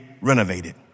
renovated